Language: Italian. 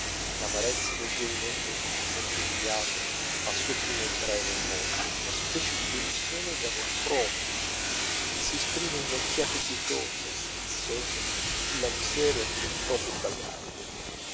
l'amarezza del giovinetto che si sente umiliato al suo primo entrare nel mondo una specie di delusione d'amor proprio che si esprime in occhiate pietose e stizzose sulla miseria del proprio bagaglio